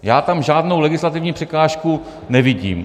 Já tam žádnou legislativní překážku nevidím.